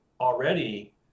already